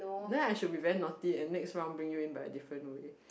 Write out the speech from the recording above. then I should be very naughty and next round bring you in by a different way